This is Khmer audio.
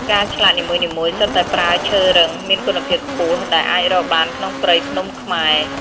ការឆ្លាក់នីមួយៗសុទ្ធតែប្រើឈើរឹង មានគុណភាពខ្ពស់ ដែលអាចរកបានក្នុងព្រៃភ្នំខ្មែរ។